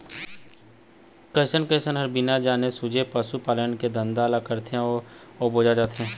कइझन किसान ह बिना जाने सूने पसू पालन के धंधा ल कर डारथे अउ बोजा जाथे